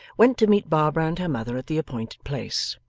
went to meet barbara and her mother at the appointed place.